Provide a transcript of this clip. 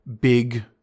big